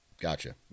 Gotcha